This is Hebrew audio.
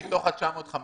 זה מתוך ה-950?